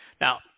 Now